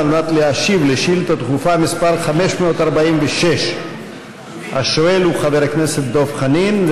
על מנת להשיב על שאילתה דחופה מס' 546. השואל הוא חבר הכנסת דב חנין,